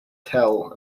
tell